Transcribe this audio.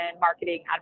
marketing